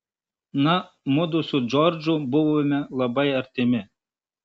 na mudu su džordžu buvome labai artimi